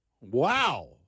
Wow